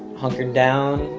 hunkered down,